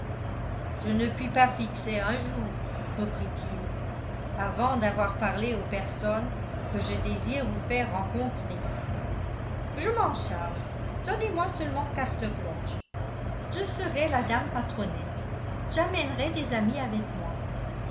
je ne puis pas fixer un jour reprit-il avant d'avoir parlé aux personnes que je désire vous faire rencontrer je m'en charge donnez-moi seulement carte blanche je serai la dame patronnesse j'amènerai des amis avec moi